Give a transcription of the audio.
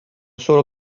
solo